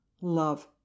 love